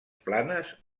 planes